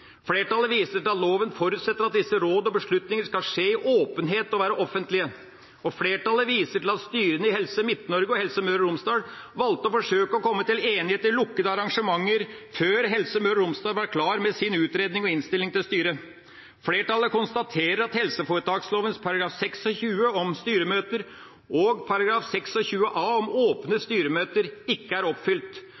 Flertallet viser til at loven forutsetter at disse råd og beslutninger skal skje i åpenhet og være offentlige. Flertallet viser til at styret i Helse Midt-Norge og styret Helse Møre og Romsdal valgte å forsøke å komme til enighet i lukkede arrangementer, før Helse Møre og Romsdal var klar med sin utredning og innstilling til styret. Flertallet konstaterer at helseforetaksloven § 26 om styremøter og § 26a om åpne styremøter ikke er oppfylt.